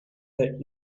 that